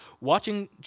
watching